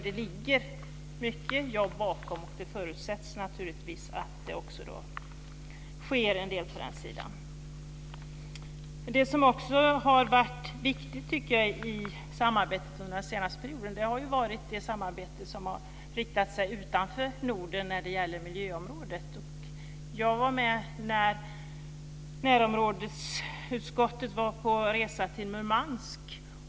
Det ligger mycket jobb bakom, och då förutsätts det naturligtvis att det också sker en del på den sidan. Det som också har varit viktigt under den senaste perioden har varit det samarbete på miljöområdet som har riktats utanför Norden. Jag var med när närområdesutskottet var på resa till Murmansk.